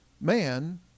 man